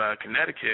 Connecticut